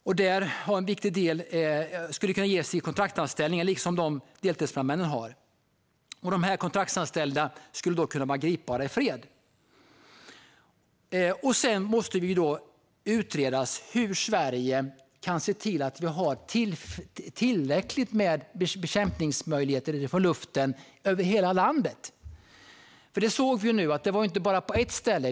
Där skulle en viktig del kunna vara kontraktsanställningar likt de som deltidsbrandmännen har. De kontraktsanställda skulle då kunna vara gripbara i fred. Sedan måste det utredas hur vi i Sverige kan se till att ha tillräckligt med bekämpningsmöjligheter från luften över hela landet. Vi såg ju nu att det inte bara brann på ett ställe.